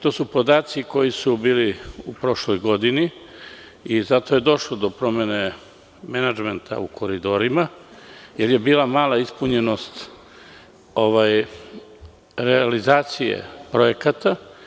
To su podaci koji su bili u prošloj godini i zato je došlo do promene menadžmenta u „Koridorima“, jer je bila mala ispunjenost realizacije projekata.